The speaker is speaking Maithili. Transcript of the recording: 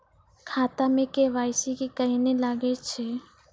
खाता मे के.वाई.सी कहिने लगय छै?